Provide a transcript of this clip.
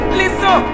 listen